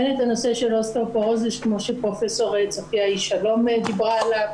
הן את הנושא של אוסטאופורוזיס כמו שפרופ' צופיה איש-שלום דיברה עליו,